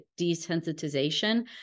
desensitization